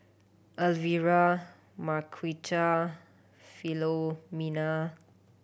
Elvera Marquita Philomena